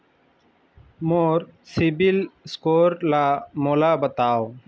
मोर CIBIL score ला मोला बताव?